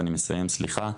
ואני מסיים סליחה,